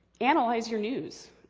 analyze your news.